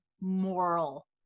moral